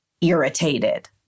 irritated